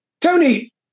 Tony